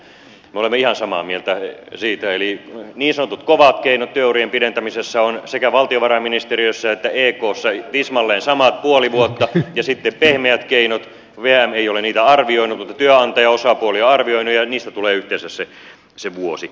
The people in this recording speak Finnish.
me olemme ihan samaa mieltä siitä eli niin sanotut kovat keinot työurien pidentämi sessä ovat sekä valtiovarainministeriössä että ekssa tismalleen samat puoli vuotta ja sitten pehmeistä keinoista vm ei ole niitä arvioinut mutta työnantajaosapuoli on arvioinut tulee yhteensä vuosi